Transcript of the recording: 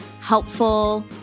helpful